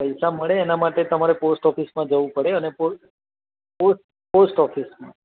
પૈસા મળે એના માટે તમારે પોસ્ટ ઓફિસમાં જવું પડે અને પોસ્ટ પોસ્ટ ઓફિસમાં